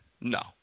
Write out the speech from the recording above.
no